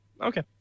Okay